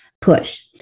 push